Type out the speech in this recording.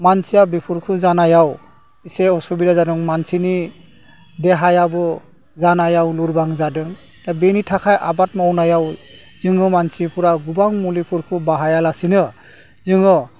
मानसिया बेफोरखौ जानायाव इसे असुबिदा जादों मानसिनि देहायाबो जानायाव लोरबां जादों दा बेनि थाखाय आबाद मावनायाव जोङो मानसिफ्रा गोबां मुलिफोरखौ बाहायालासिनो जोङो